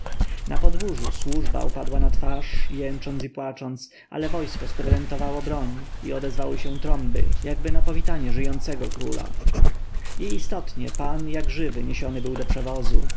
na podwórzu służba upadła na twarz jęcząc i płacząc ale wojsko sprezentowało broń i odezwały się trąby jakby na powitanie żyjącego króla i istotnie pan jak żywy niesiony był do przewozu